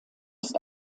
ist